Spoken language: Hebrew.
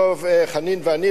דב חנין ואני,